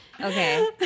Okay